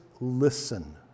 listen